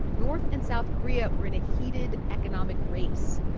north and south korea were in a heated economic race.